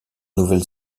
nouvelle